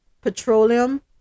Petroleum